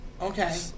okay